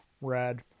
rad